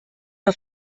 auf